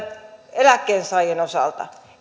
eläkkeensaajien osalta